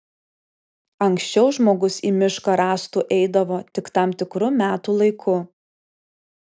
anksčiau žmogus į mišką rąstų eidavo tik tam tikru metų laiku